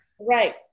right